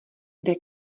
kde